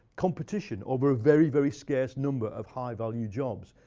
competition over a very, very scarce number of high value jobs.